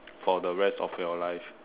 for the rest of your life